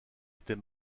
était